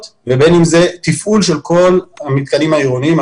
ובין אם זה תפעול של כל המתקנים העירוניים.